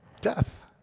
Death